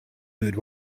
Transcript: food